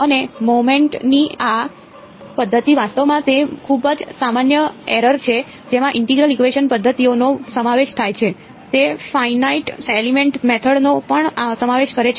અને મોમેન્ટ ની આ પદ્ધતિ વાસ્તવમાં તે ખૂબ જ સામાન્ય એરર છે જેમાં ઇન્ટેગ્રલ ઇકવેશન પદ્ધતિઓનો સમાવેશ થાય છે તે ફાઇનાઇટ એલિમેન્ટ મેથડ નો પણ સમાવેશ કરે છે